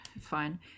fine